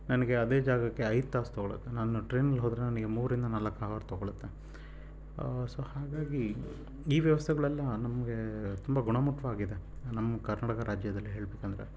ನನಗೆ ಅದೇ ಜಾಗಕ್ಕೆ ಐದು ತಾಸು ತಗೋಳುತ್ತೆ ನಾನು ಟ್ರೈನಲ್ಲಿ ಹೋದರೆ ನನಗೆ ಮೂರರಿಂದ ನಾಲ್ಕು ಹವರ್ ತಗೋಳುತ್ತೆ ಸೊ ಹಾಗಾಗಿ ಈ ವ್ಯವಸ್ಥೆಗಳೆಲ್ಲ ನಮಗೆ ತುಂಬ ಗುಣಮುಟ್ಟವಾಗಿದೆ ನಮ್ಮ ಕರ್ನಾಟಕ ರಾಜ್ಯದಲ್ಲಿ ಹೇಳಬೇಕಂದ್ರೆ